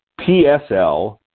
PSL